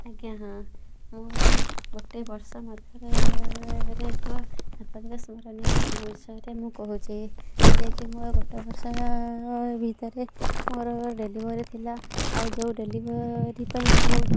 ଆଜ୍ଞା ହଁ ମୋର ଗୋଟେ ବର୍ଷ ମଧ୍ୟରେ ଏକ ସାମ୍ପ୍ରତିକ ସ୍ମରଣୀୟ ଘଟଣା ବିଷୟରେ ମୁଁ କହୁଛି ଯେ କି ମୋର ଗୋଟେ ବର୍ଷ ଭିତରେ ମୋର ଡେଲିଭରି ଥିଲା ଆଉ ଯେଉଁ ଡେଲିଭରି ପାଇଁ ମୁଁ ଭଉତୁ